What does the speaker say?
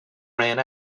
ran